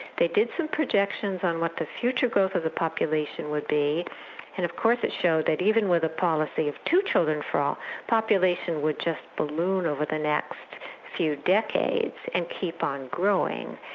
they did some projections on what the future growth of the population would be and of course it showed that even with a policy of two children, ah population would just balloon over the next few decades and keep on growing.